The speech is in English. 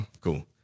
cool